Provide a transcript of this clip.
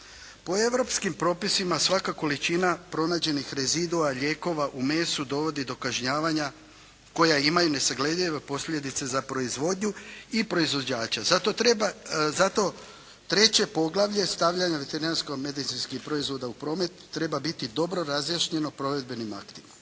Po europskim propisima svaka količina pronađenih rezidua lijekova u mesu dovodi do kažnjavanja koja imaju nesagledive posljedice za proizvodnju i proizvođača. Zato treba, zato treće poglavlje stavljanja veterinarsko-medicinskih proizvoda u promet treba biti dobro razjašnjeno provedbenim aktima.